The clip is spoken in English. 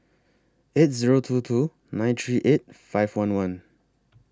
eight Zero two two nine three eight five one one